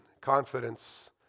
confidence